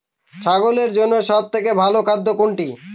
ছাগলের জন্য সব থেকে ভালো খাদ্য কোনটি?